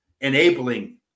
enabling